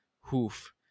hoof